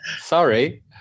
Sorry